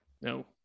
No